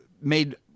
made